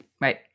right